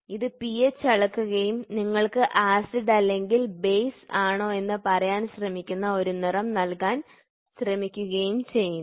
ഇത് പിഎച്ച് അളക്കുകയും നിങ്ങൾക്ക് ആസിഡ് അല്ലെങ്കിൽ ബേസ് ആണോ എന്ന് പറയാൻ ശ്രമിക്കുന്ന ഒരു നിറം നൽകാൻ ശ്രമിക്കുകയും ചെയ്യുന്നു